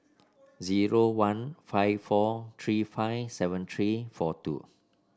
zero one five four three five seven three four two